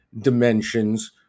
dimensions